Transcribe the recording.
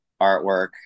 artwork